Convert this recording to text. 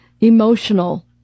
emotional